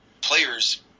players